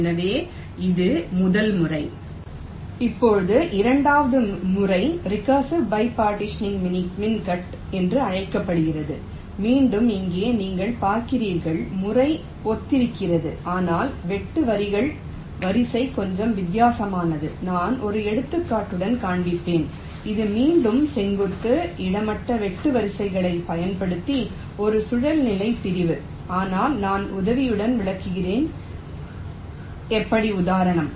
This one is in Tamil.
எனவே இது முதல் முறை இப்போது இரண்டாவது முறை ரிகர்சிவ பார்ட்டிஷனிங் மின்கட் சுழல்நிலை இருதரப்பு மின்கட் இடவமைப்பு என்று அழைக்கப்படுகிறது மீண்டும் இங்கே நீங்கள் பார்க்கிறீர்கள் முறை ஒத்திருக்கிறது ஆனால் வெட்டு வரிகளின் வரிசை கொஞ்சம் வித்தியாசமானது நான் ஒரு எடுத்துக்காட்டுடன் காண்பிப்பேன் இது மீண்டும் செங்குத்து கிடைமட்ட வெட்டு வரிகளைப் பயன்படுத்தும் ஒரு சுழல்நிலை பிரிவு ஆனால் நான் உதவியுடன் விளக்குகிறேன் எப்படி உதாரணம்